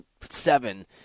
seven